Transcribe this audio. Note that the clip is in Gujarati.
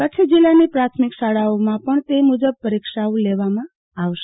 કરછ જીલ્લાની પ્રાથમિક શાળાઓમાં પણ તે મુજબ પરીક્ષા ઓ લેવામાં આવશે